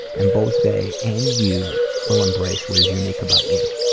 and both they and you will embrace what is unique about you.